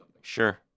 Sure